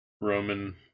roman